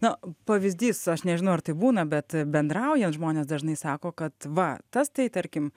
na pavyzdys aš nežinau ar taip būna bet bendraujant žmonės dažnai sako kad va tas tai tarkim